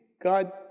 God